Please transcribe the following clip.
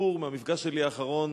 סיפור מהמפגש שלי האחרון